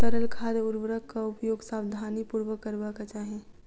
तरल खाद उर्वरकक उपयोग सावधानीपूर्वक करबाक चाही